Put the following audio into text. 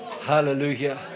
Hallelujah